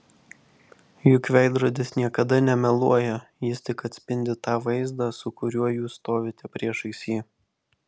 juk veidrodis niekada nemeluoja jis tik atspindi tą vaizdą su kuriuo jūs stovite priešais jį